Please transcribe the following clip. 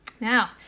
Now